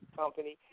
company